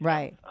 Right